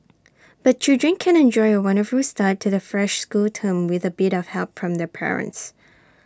but children can enjoy A wonderful start to the fresh school term with A bit of help from their parents